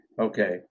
okay